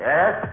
Yes